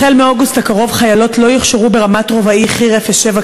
החל מאוגוסט הקרוב חיילות לא יוכשרו ברמת רובאי חי"ר 07,